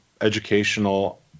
educational